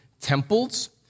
temples